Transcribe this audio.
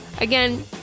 again